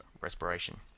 respiration